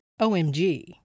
OMG